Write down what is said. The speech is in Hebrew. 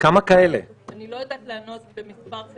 אני לא יודעת לענות במספר.